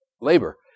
labor